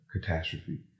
catastrophe